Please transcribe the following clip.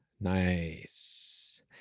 Nice